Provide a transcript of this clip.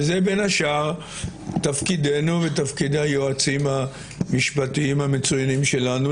וזה בין השאר תפקידנו ותפקיד היועצים המשפטיים המצוינים שלנו,